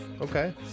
okay